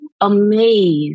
amazed